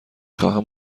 خواهم